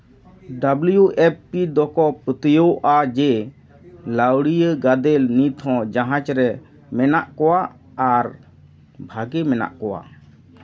W F P ᱫᱚᱠᱚ ᱯᱟᱹᱛᱭᱟᱹᱣᱚᱜᱼᱟ ᱡᱮ ᱞᱟᱹᱣᱲᱤᱭᱟᱹ ᱜᱟᱫᱮᱞ ᱱᱤᱛᱦᱚᱸ ᱡᱟᱡᱟᱡᱽ ᱨᱮ ᱢᱮᱱᱟᱜ ᱠᱚᱣᱟ ᱟᱨ ᱵᱷᱟᱜᱮ ᱢᱮᱱᱟᱜ ᱠᱚᱣᱟ